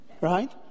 Right